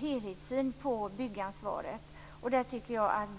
helhetssyn på byggansvaret.